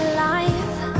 life